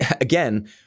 again